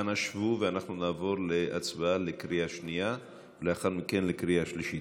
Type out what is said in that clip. אנא שבו ואנחנו נעבור להצבעה בקריאה שנייה ולאחר מכן בקריאה שלישית.